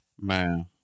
Man